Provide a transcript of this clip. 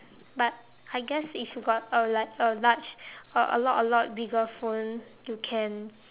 but I guess if you got a like a large a lot a lot bigger phone you can